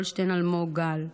גולדשטיין אלמוג גל,